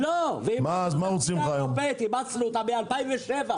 אימצנו אותה מ-2009.